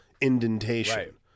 indentation